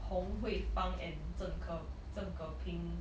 Hong Hui Fang and Zheng Ke Zheng Ke Ping